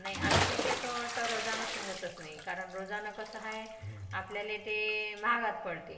नाही आम्ही शक्यतोवर तर रोजानं सांगतच नाही कारण रोजानं कसं आहे आपल्याला ते महागात पडते